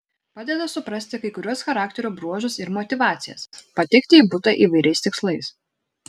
padeda suprasti kai kuriuos charakterio bruožus ir motyvacijas patekti į butą įvairiais tikslais